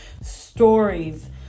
stories